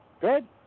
Good